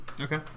Okay